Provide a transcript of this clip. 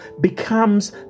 becomes